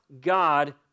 God